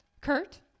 kurt